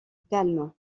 calme